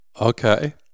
Okay